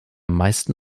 meisten